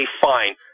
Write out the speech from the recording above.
fine